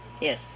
Yes